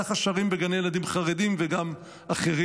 ככה שרים בגני ילדים חרדיים וגם אחרים.